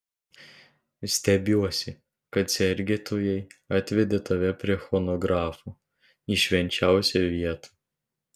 stebiuosi kad sergėtojai atvedė tave prie chronografo į švenčiausią vietą